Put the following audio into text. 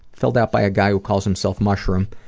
filled out by a guy who calls himself mushroom.